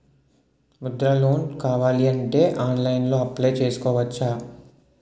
Mudra loan కావాలి అంటే ఆన్లైన్లో అప్లయ్ చేసుకోవచ్చా?